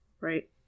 right